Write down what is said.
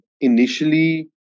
initially